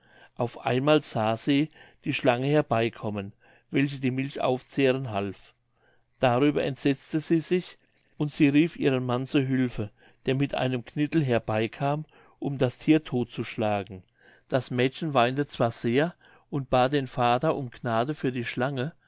auf einmal sah sie die schlange herbeikommen welche die milch aufzehren half darüber entsetzte sie sich und sie rief ihren mann zu hülfe der mit einem knittel herbeikam um das thier todtzuschlagen das mädchen weinte zwar sehr und bat den vater um gnade für die schlange